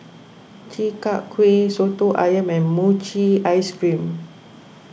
Chi Kak Kuih Soto Ayam and Mochi Ice Cream